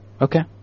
Okay